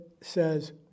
says